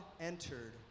entered